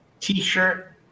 t-shirt